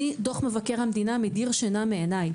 דוח מבקר המדינה מדיר שינה מעיני.